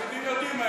תלמידים יודעים,